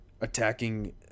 attacking